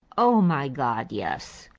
oh my god, yes.